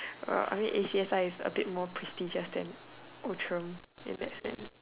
well I mean A_C_S_I is a bit more prestige than Outram in that sense